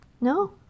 No